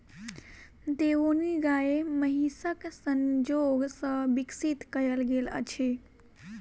देओनी गाय महीसक संजोग सॅ विकसित कयल गेल अछि